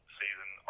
season